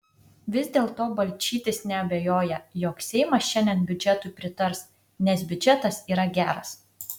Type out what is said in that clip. vis dėlto balčytis neabejoja jog seimas šiandien biudžetui pritars nes biudžetas yra geras